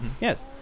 Yes